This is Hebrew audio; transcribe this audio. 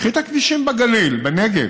קחי את הכבישים בגליל, בנגב,